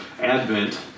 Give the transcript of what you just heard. Advent